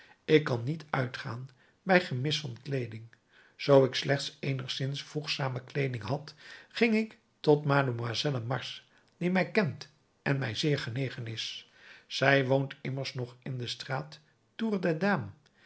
ik kan niet uitgaan bij gemis van kleeding zoo ik slechts eenigszins voegzame kleeding had ging ik tot mademoiselle mars die mij kent en mij zeer genegen is zij woont immers nog in de straat